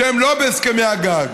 שהם לא בהסכמי הגג.